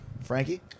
Frankie